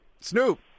Snoop